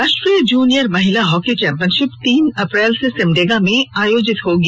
राष्ट्रीय जूनियर महिला hockey championship तीन अप्रैल से सिमडेगा मे आयोजित होगी